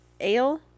ale